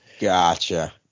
Gotcha